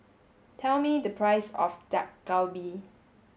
tell me the price of Dak Galbi